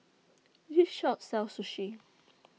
This Shop sells Sushi